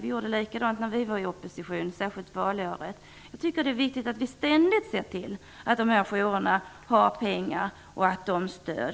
Vi hade liknande alternativ när vi var i opposition, särskilt under valåret. Det är viktigt att vi ständigt ser till att dessa jourer har pengar och får stöd.